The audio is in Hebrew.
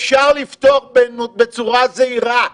אפשר לפתוח בצורה זהירה.